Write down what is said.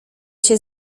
się